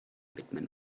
widmen